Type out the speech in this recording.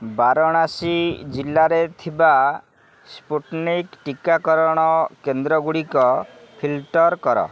ବାରଣାସୀ ଜିଲ୍ଲାରେ ଥିବା ସ୍ପୁଟନିକ୍ ଟୀକାକରଣ କେନ୍ଦ୍ରଗୁଡ଼ିକ ଫିଲ୍ଟର୍ କର